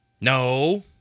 No